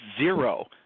zero